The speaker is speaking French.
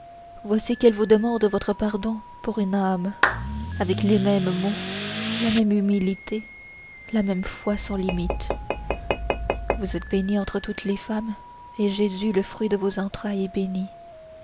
voici qu'elle vous demande votre pardon pour une âme avec les mêmes mots la même humilité la même foi sans limites vous êtes bénie entre toutes les femmes et jésus le fruit de vos entrailles est béni